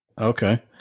Okay